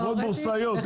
חברות בורסאיות,